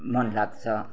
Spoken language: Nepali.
मन लाग्छ